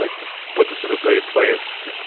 like just put this in a safe place.